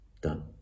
Done